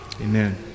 Amen